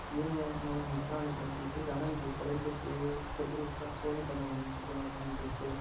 ये मे मम मित्राणि सन्ति ते जानन्ति परन्तु ते तद् दृष्ट्वा प्रेरिताः न भवन्ति किमर्थम् इत्युक्ते